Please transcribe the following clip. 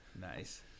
Nice